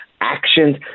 actions